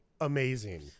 amazing